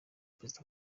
perezida